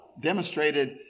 demonstrated